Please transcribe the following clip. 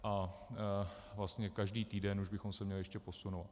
A vlastně každý týden už bychom se měli ještě posunout.